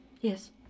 Yes